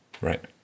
right